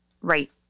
Right